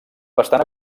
bastant